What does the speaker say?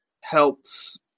helps